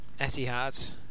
Etihad